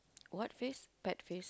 what face bad face